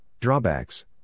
Drawbacks